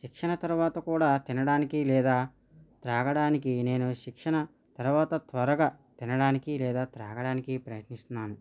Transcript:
శిక్షణ తరువాత కూడా తినడానికి లేదా త్రాగడానికి నేను శిక్షణ తరువాత త్వరగా తినడానికి లేదా త్రాగడానికి ప్రయత్నిస్తున్నాను